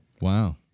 Wow